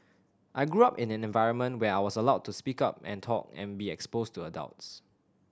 I grew up in an environment where I was allowed to speak up and talk and be exposed to adults